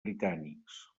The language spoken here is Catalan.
britànics